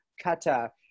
kata